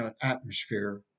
atmosphere